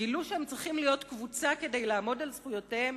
שגילו שהם צריכים להיות קבוצה כדי לעמוד על זכויותיהם,